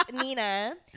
Nina